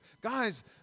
Guys